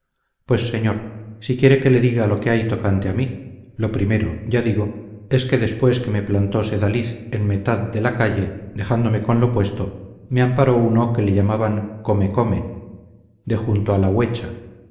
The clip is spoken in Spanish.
pues señor si quiere que le diga lo que hay tocante a mí lo primero ya digo es que después que me plantó sedaliz en metad de la calle dejándome con lo puesto me amparó uno que le llamaban comecome de junto a la huecha